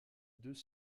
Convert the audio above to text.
deux